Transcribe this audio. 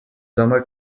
sommer